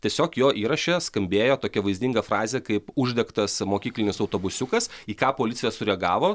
tiesiog jo įraše skambėjo tokia vaizdinga frazė kaip uždegtas mokyklinis autobusiukas į ką policija sureagavo